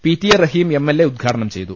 P T A Rahim M L A ഉദ്ഘാടനം ചെയ്തു